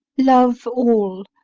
love all,